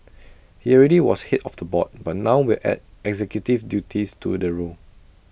he already was Head of the board but now will add executive duties to the role